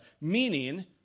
Meaning